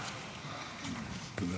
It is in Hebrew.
תודה.